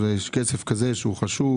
זה חשוב.